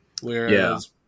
Whereas